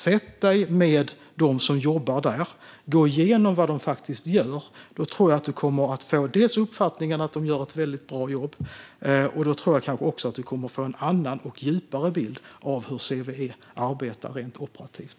Sätt dig med dem som jobbar där, Roger Haddad, och gå igenom vad de faktiskt gör. Då tror jag att du kommer att få uppfattningen att de gör ett väldigt bra jobb. Jag tror att du kanske också kommer att få en annan och djupare bild av hur CVE arbetar rent operativt.